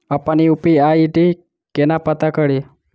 अप्पन UPI ID केना पत्ता कड़ी?